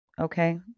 okay